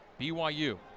BYU